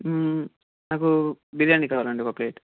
నాకు బిర్యానీ కావాలండి ఒక ప్లేట్